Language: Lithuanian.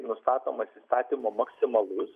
nustatomas įstatymu maksimalus